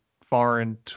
foreign